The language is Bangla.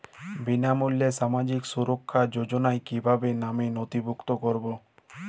বিনামূল্যে সামাজিক সুরক্ষা যোজনায় কিভাবে নামে নথিভুক্ত করবো?